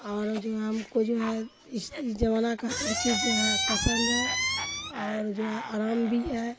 اور جو ہے ہم کو جو ہے اس اس زمانہ کا ہر چیز جو ہے پسند ہے اور جو ہے آرام بھی ہے